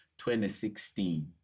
2016